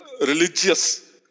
religious